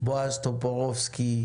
בועז טופורובסקי,